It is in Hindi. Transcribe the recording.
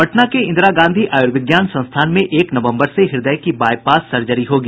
पटना के इंदिरा गांधी आयूर्विज्ञान संस्थान में एक नवम्बर से हृदय की बाईपास सर्जरी होगी